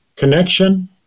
Connection